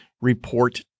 report